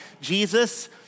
Jesus